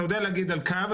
אתה יודע להגיד על קו,